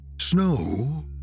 snow